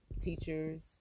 teachers